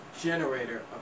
generator